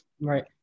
right